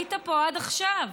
היית פה עד עכשיו.